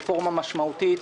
רפורמה משמעותית.